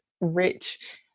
rich